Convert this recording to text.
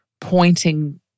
pointing